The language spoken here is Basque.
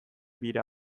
bira